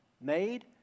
made